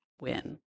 win